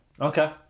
Okay